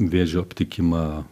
vėžio aptikimą